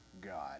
God